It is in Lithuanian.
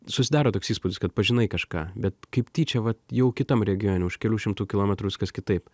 susidaro toks įspūdis kad pažinai kažką bet kaip tyčia vat jau kitam regione už kelių šimtų kilometrų viskas kitaip